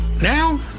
now